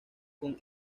con